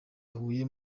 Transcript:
huye